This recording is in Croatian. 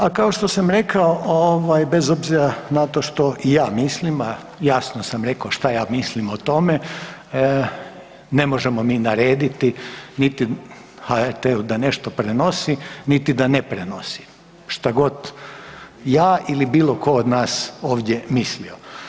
A kao što sam rekao bez obzira i na to što ja mislim, a jasno sam rekao šta ja mislim o tome ne možemo mi narediti niti HRT-u da nešto prenosi niti da ne prenosi, šta god ja ili bilo tko od nas ovdje mislio.